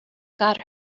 got